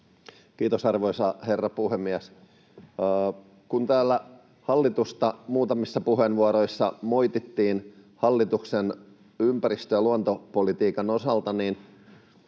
Kiitos, arvoisa herra puhemies! Kun täällä hallitusta muutamissa puheenvuoroissa moitittiin hallituksen ympäristö- ja luontopolitiikan osalta,